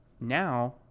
now